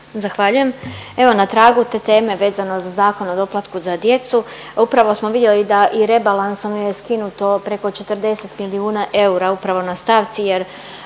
Zahvaljujem. Evo na tragu te teme vezano za Zakon o doplatku za djecu upravo smo vidjeli da i rebalansom je skinuto preko 40 milijuna eura upravo na stavci